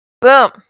Boom